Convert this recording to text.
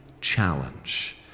challenge